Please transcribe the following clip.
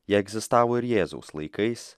jie egzistavo ir jėzaus laikais